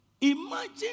imagine